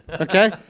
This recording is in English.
Okay